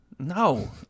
No